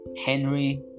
Henry